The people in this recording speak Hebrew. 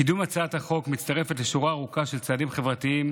קידום הצעת החוק מצטרף לשורה ארוכה של צעדים חברתיים